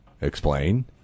Explain